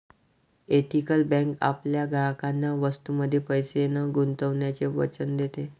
ethical bank आपल्या ग्राहकांना वस्तूंमध्ये पैसे न गुंतवण्याचे वचन देते